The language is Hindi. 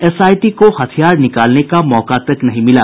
एसआईटी को हथियार निकालने को मौका तक नहीं मिला